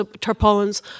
tarpaulins